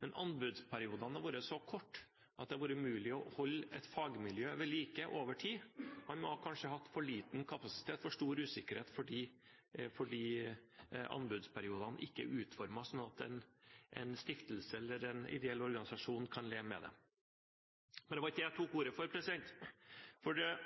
Men anbudsperiodene har vært så korte at det over tid har vært umulig å holde et fagmiljø ved like. Man har kanskje hatt for liten kapasitet og for stor usikkerhet, fordi anbudsperiodene ikke er utformet slik at en stiftelse eller en ideell organisasjon kan leve med dem. Men det var ikke dette jeg tok ordet for. Vi er